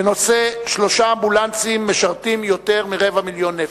בנושא: שלושה אמבולנסים משרתים יותר מרבע מיליון נפש.